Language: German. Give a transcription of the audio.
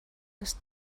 ist